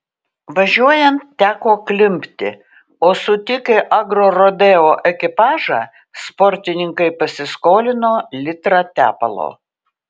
važiuojant teko klimpti o sutikę agrorodeo ekipažą sportininkai pasiskolino litrą tepalo